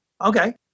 okay